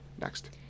next